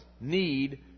need